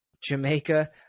Jamaica